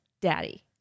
daddy